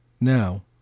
now